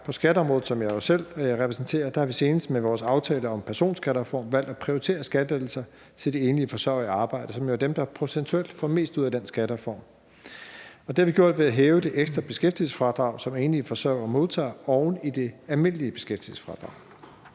På skatteområdet, som jeg jo selv repræsenterer, har vi senest med vores aftale om personskattereform valgt at prioritere skattelettelser til de enlige forsørgere i arbejde, som jo er dem, der procentuelt får mest ud af den skattereform. Det har vi gjort ved at hæve det ekstra beskæftigelsesfradrag, som enlige forsørgere modtager oven i det almindelige beskæftigelsesfradrag.